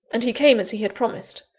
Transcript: and he came as he had promised.